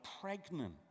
pregnant